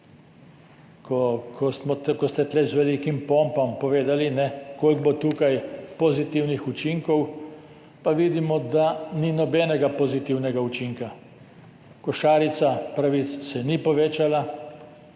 Ko ste tu z velikim pompom povedali, koliko bo tukaj pozitivnih učinkov, pa vidimo, da ni nobenega pozitivnega učinka. Košarica pravic se ni povečala,